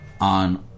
on